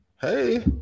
Hey